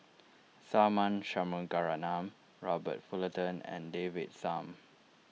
Tharman Shanmugaratnam Robert Fullerton and David Tham